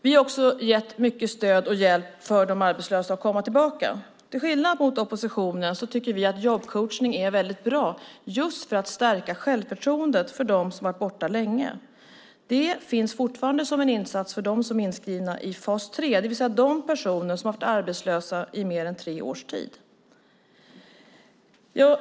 Vi har också gett mycket hjälp och stöd till de arbetslösa att komma tillbaka. Till skillnad mot oppositionen tycker vi att jobbcoachning är väldigt bra just när det gäller att stärka självförtroendet hos dem som har varit borta länge. Den finns fortfarande som en insats för dem som är inskrivna i fas 3, det vill säga de personer som har varit arbetslösa i mer än tre års tid.